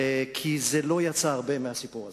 כי לא יצא הרבה מהסיפור הזה.